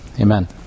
amen